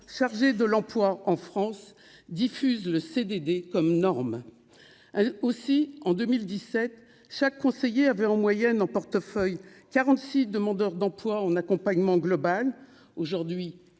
chargé de l'emploi en France diffuse le CDD comme norme aussi en 2017 chaque conseiller avait en moyenne en portefeuille 46 demandeurs d'emploi en accompagnement global aujourd'hui